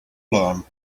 learn